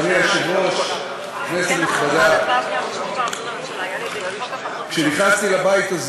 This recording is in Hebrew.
אדוני היושב-ראש, כנסת נכבדה, כשנכנסתי לבית הזה